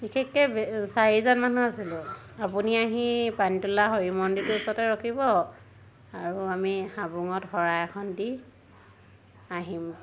বিশেষকৈ চাৰিজন মানুহ আছিলোঁ আপুনি আহি পানীতোলা হৰি মন্দিৰটোৰ ওচৰতে ৰখিব আৰু আমি হাবুঙত শৰাই এখন দি আহিম